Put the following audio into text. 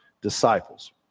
disciples